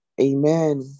Amen